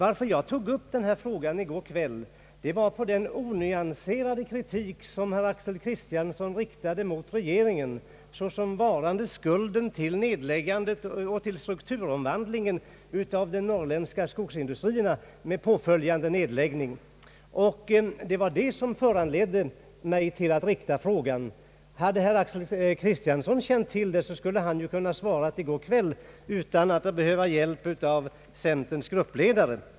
Att jag tog upp denna fråga i går kväll berodde på den onyanserade kritik som herr Axel Kristiansson riktade mot regeringen. Han sade att regeringen bar skulden till strukturomvandlingen av den norrländska skogsindustrin med påföljande nedläggningar. Om herr Axel Kristiansson känt till att ingen nedläggning skett, hade han ju kunnat svara i går kväll utan att behöva hjälp av centerns gruppledare.